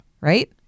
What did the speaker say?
right